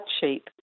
cheap